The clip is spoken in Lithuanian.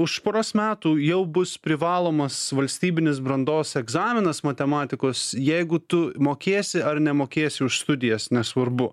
už poros metų jau bus privalomas valstybinis brandos egzaminas matematikos jeigu tu mokėsi ar nemokėsi už studijas nesvarbu